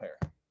pair